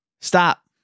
stop